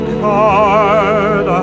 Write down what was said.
card